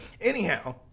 Anyhow